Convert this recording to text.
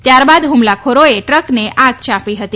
ત્યારબાદ ફુમલાખોરીએ ટ્રકને આગ ચાંપી હતી